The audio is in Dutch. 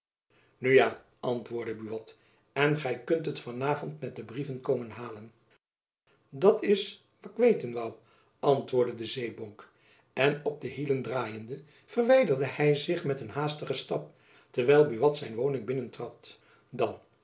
ja antwoordde buat en gy kunt het van avond met de brieven komen halen dat s wa'k weten woû antwoordde de zeebonk en op de hielen draaiende verwijderde hy zich met een haastigen stap terwijl buat zijn woning binnentrad dan